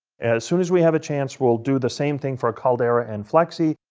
as soon as we have a chance, we'll do the same thing for caldera and flexi.